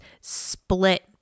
split